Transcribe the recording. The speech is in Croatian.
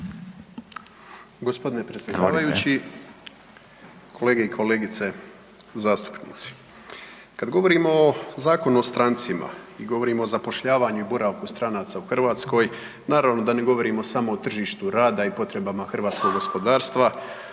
Gospodine predsjedavajući. Kolege i kolegice zastupnici. Kad govorimo o Zakonu o strancima i govorimo o zapošljavanju i boravku stranca u Hrvatskoj naravno da ne govorimo samo o tržištu rada i potrebama hrvatskog gospodarstva